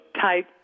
type